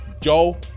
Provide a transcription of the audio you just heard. Joel